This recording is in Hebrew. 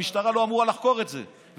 המשטרה לא אמורה לחקור את זה,